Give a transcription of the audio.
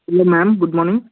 hello ma'am good morning